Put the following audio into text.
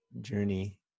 journey